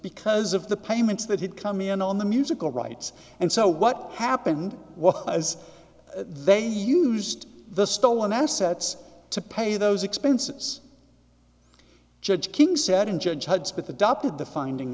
because of the payments that had come in on the musical rights and so what happened was as they used the stolen assets to pay those expenses judge king said and judge hudspeth adopted the finding